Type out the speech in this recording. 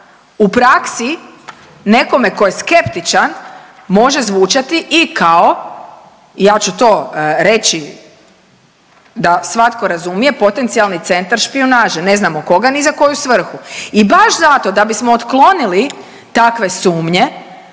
u praksi nekome tko je skeptičan može zvučati i kao, ja ću to reći da svatko razumije, potencijalni centar špijunaže, ne znamo koga ni za koju svrhu i baš zato da bismo otklonili takve sumnje